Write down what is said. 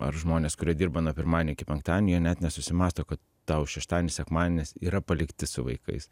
ar žmonės kurie dirba nuo pirmadienio iki penktadienio jie net nesusimąsto kad tau šeštadienis sekmadienis yra palikti su vaikais